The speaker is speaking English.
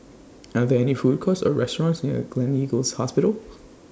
Are There any Food Courts Or restaurants near Gleneagles Hospital